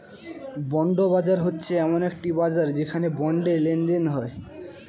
bond বাজার হচ্ছে এমন একটি বাজার যেখানে বন্ডে লেনদেন হয়